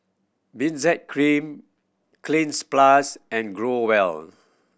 Benzac Cream Cleanz Plus and Growell